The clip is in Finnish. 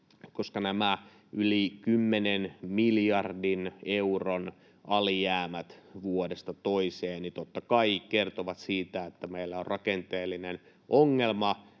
koska nämä yli kymmenen miljardin euron alijäämät vuodesta toiseen totta kai kertovat siitä, että meillä on rakenteellinen ongelma